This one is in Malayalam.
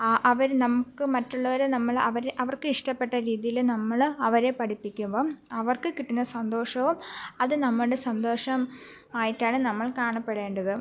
അവർ നമുക്ക് മറ്റുള്ളവരെ നമ്മൾ അവരെ അവർക്ക് ഇഷ്ടപ്പെട്ട രീതിയിൽ നമ്മൾ അവരെ പഠിപ്പിക്കുമ്പം അവർക്ക് കിട്ടുന്ന സന്തോഷവും അതു നമ്മുടെ സന്തോഷം ആയിട്ടാണ് നമ്മൾ കാണപ്പെടേണ്ടത്